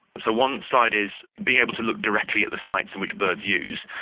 so one side is being able to look directly at the sites which birds use,